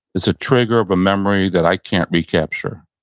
it's a trigger of a memory that i can't recapture.